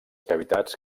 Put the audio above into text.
cavitats